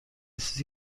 چیزی